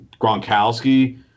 Gronkowski